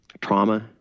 trauma